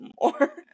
more